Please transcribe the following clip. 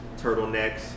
turtlenecks